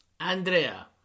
Andrea